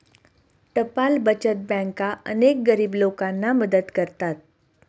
टपाल बचत बँका अनेक गरीब लोकांना मदत करतात